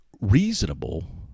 reasonable